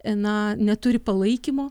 ena neturi palaikymo